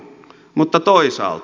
mutta toisaalta